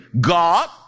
God